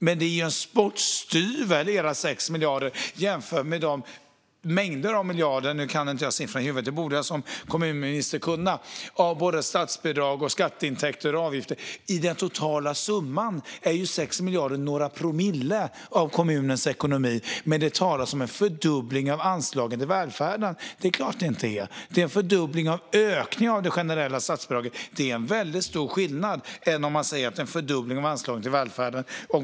Men era 6 miljarder är en spottstyver jämfört med de mängder av miljarder som finns i kommunernas ekonomi - nu har jag inte siffrorna i huvudet, vilket jag som kommunminister borde ha. Det är statsbidrag, skatteintäkter och avgifter. I den totala summan är 6 miljarder några promille av kommunernas ekonomi. Det talas om en fördubbling av anslagen till välfärden. Det är klart att det inte är det. Det är en fördubbling av ökningen av det generella statsbidraget. Det är en väldigt stor skillnad jämfört med att säga att det är en fördubbling av anslagen till välfärden.